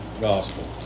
gospel